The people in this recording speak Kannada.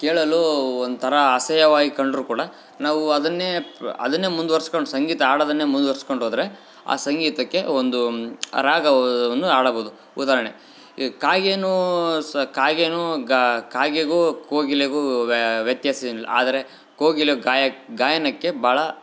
ಕೇಳಲು ಒಂಥರ ಅಸಯ್ಯವಾಗಿ ಕಂಡರೂ ಕೂಡ ನಾವು ಅದನ್ನೇ ಪ್ ಅದನ್ನೇ ಮುಂದ್ವರ್ಸ್ಕೊಂಡು ಸಂಗೀತ ಹಾಡದನ್ನೆ ಮುಂದ್ವರ್ಸ್ಕೊಂಡು ಹೋದರೆ ಆ ಸಂಗೀತಕ್ಕೆ ಒಂದು ರಾಗವನ್ನು ಹಾಡಬೋದು ಉದಾಹರ್ಣೆ ಈ ಕಾಗೇನೂ ಸ್ ಕಾಗೇನು ಗ ಕಾಗೆಗು ಕೋಗಿಲೆಗೂ ವ್ಯತ್ಯಾಸ ಏನಿಲ್ಲ ಆದರೆ ಕೋಗಿಲೆ ಗಾಯ ಗಾಯನಕ್ಕೆ ಭಾಳ